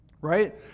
right